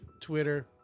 Twitter